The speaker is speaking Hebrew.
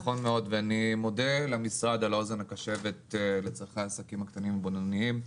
ואני מודה למשרד על האוזן הקשבת לצרכי העסקים הקטנים והבינוניים.